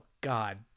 God